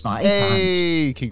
Hey